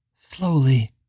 Slowly